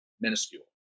minuscule